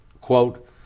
quote